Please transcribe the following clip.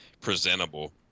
presentable